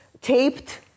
taped